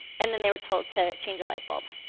and then they were told to change a light bulb